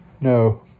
No